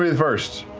first?